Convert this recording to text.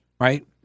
right